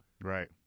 right